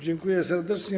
Dziękuję serdecznie.